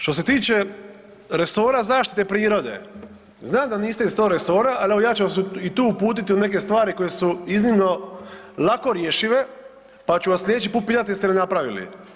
Što se tiče resora zaštite prirode, znam da niste iz tog resora, ali evo ja ću vas i tu uputiti u neke stvari koje su iznimno lako rješive, pa ću vas slijedeći put pitat jeste li napravili.